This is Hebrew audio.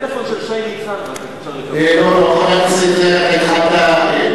את הטלפון של שי ניצן, אם אפשר לקבל.